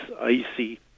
icy